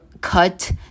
cut